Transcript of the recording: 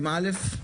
מנוף הם א'?